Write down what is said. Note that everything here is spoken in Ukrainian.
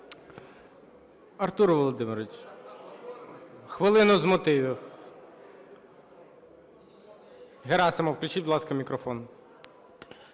Артур Володимирович, хвилину з мотивів. Герасимов. Включіть, будь ласка, мікрофон.